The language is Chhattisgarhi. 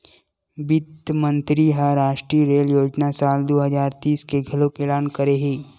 बित्त मंतरी ह रास्टीय रेल योजना साल दू हजार तीस के घलोक एलान करे हे